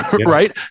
right